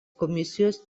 komisijos